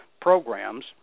programs